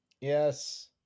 Yes